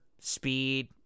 speed